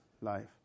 life